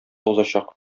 узачак